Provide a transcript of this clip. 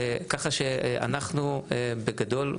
ככה שאנחנו בגדול,